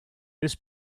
this